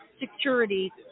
security